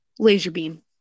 Laserbeam